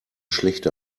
schlechte